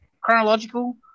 chronological